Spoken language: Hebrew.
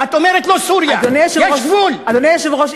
אדוני היושב-ראש,